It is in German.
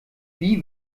wie